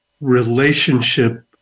relationship